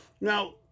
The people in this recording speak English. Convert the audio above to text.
Now